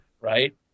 right